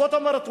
זאת אומרת,